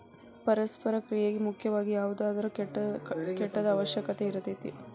ಪರಾಗಸ್ಪರ್ಶ ಕ್ರಿಯೆಗೆ ಮುಖ್ಯವಾಗಿ ಯಾವುದಾದರು ಕೇಟದ ಅವಶ್ಯಕತೆ ಇರತತಿ